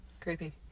creepy